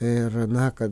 ir na kad